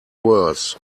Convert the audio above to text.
worse